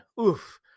oof